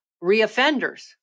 re-offenders